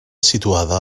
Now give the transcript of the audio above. situada